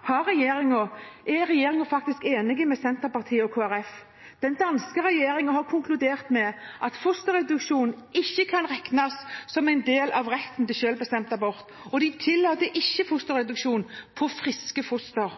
er regjeringen faktisk enig med Senterpartiet og Kristelig Folkeparti. Den danske regjeringen har konkludert med at fosterreduksjon ikke kan regnes som en del av retten til selvbestemt abort, og de tillater ikke fosterreduksjon på friske foster.